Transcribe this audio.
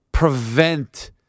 prevent